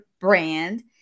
brand